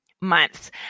months